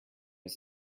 was